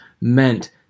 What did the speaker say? meant